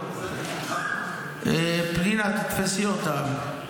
תן לו את --- פנינה, תתפסי אותם.